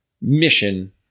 mission